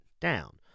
down